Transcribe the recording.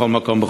בכל מקום,